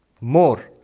more